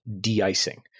de-icing